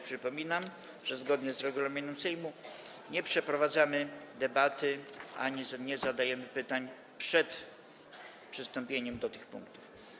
Przypominam także, że zgodnie z regulaminem Sejmu nie przeprowadzamy debaty ani nie zadajemy pytań przed przystąpieniem do tych punktów.